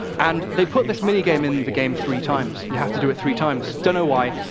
and they put this mini-game in the game three times. you have to do it three times, don't know why.